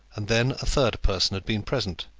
and then a third person had been present.